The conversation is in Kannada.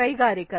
ಕೈಗಾರಿಕರಣ